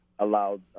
allowed